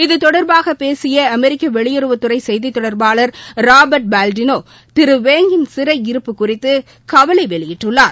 இது தொடர்பாக பேசிய அமெிக்க வெளியுறவுத்துறை செய்தி தொடர்பாளர் ராபா்ட் பலாடினோ திரு வேங்கின் சிறை இருப்பு குறித்து கவலை வெளியிட்டுள்ளார்